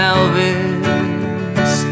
Elvis